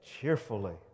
cheerfully